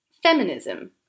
Feminism